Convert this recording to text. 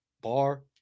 bar